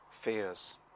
fears